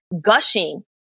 gushing